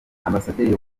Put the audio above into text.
ambasaderi